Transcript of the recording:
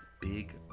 big